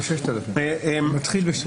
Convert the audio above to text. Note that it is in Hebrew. תתחיל עם 6,000. לא,